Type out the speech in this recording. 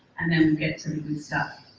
and then we'll get to the good stuff.